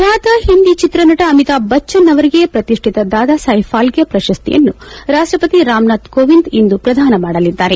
ಬ್ವಾತ ಹಿಂದಿ ಚಿತ್ರನಟ ಅಮಿತಾಬ್ ಬಚ್ಚನ್ ಅವರಿಗೆ ಪ್ರತಿಷ್ಠಿತ ದಾದಾ ಸಾಹೇಬ್ ಫಾಲ್ಕೆ ಪ್ರಶಸ್ತಿಯನ್ನು ರಾಷ್ಟಪತಿ ರಾಮನಾಥ್ ಕೋವಿಂದ್ ಇಂದು ಪ್ರದಾನ ಮಾಡಲಿದ್ದಾರೆ